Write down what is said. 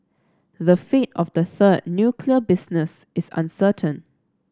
the fate of the third nuclear business is uncertain